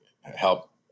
help